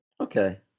Okay